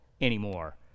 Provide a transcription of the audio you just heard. anymore